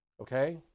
Okay